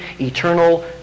eternal